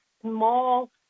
small